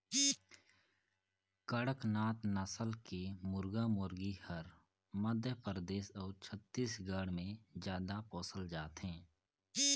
कड़कनाथ नसल के मुरगा मुरगी हर मध्य परदेस अउ छत्तीसगढ़ में जादा पोसल जाथे